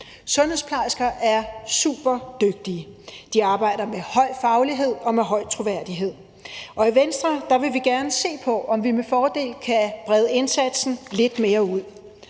Sundhedsplejersker er superdygtige. De arbejder med høj faglighed og med høj troværdighed. I Venstre vil vi gerne se på, om vi med fordel kan brede indsatsen lidt mere ud.